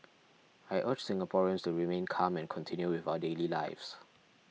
I urge Singaporeans to remain calm and continue with our daily lives